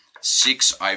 six